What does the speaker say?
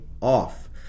off